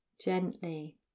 gently